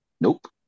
Nope